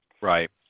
Right